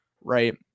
Right